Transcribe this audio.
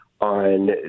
on